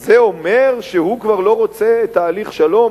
אז זה אומר שהוא כבר לא רוצה תהליך שלום,